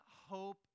hope